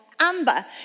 amber